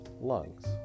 lungs